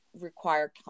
require